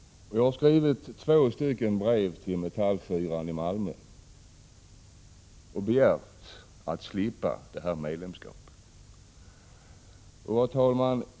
Jag har skrivit två stycken brev till Metall-Fyran i Malmö och begärt att få slippa detta medlemskap.